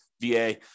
VA